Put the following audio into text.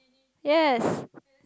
yes